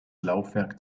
laufwerk